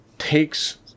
Takes